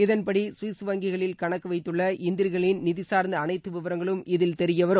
இதன்படி ஸ்விஸ் வங்கிகளில் கணக்கு வைத்துள்ள இந்தியர்களின் நிதி சார்ந்த அனைத்து விவரங்களும் இதில் தெரிய வரும்